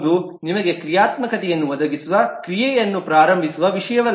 ಆದರೆ ರಜೆ ಎನ್ನುವುದು ನಿಮಗೆ ಕ್ರಿಯಾತ್ಮಕತೆಯನ್ನು ಒದಗಿಸುವ ಕ್ರಿಯೆಯನ್ನು ಪ್ರಾರಂಭಿಸುವ ವಿಷಯವಲ್ಲ